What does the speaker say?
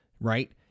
right